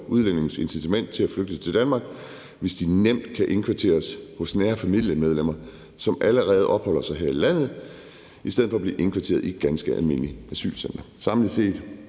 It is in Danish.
udlændinges incitament til at flygte til Danmark, hvis de nemt kan indkvarteres hos nære familiemedlemmer, som allerede opholder sig her i landet, i stedet for at blive indkvarteret i et ganske almindeligt asylcenter? Samlet set